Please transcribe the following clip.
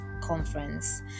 conference